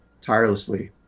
tirelessly